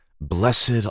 Blessed